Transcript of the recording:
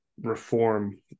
reform